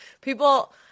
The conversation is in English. people